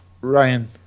ryan